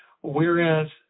Whereas